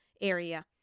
area